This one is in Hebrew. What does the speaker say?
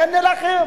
אני אענה לכם: